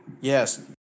Yes